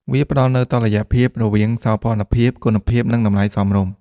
វាផ្តល់នូវតុល្យភាពរវាងសោភ័ណភាព គុណភាព និងតម្លៃសមរម្យ។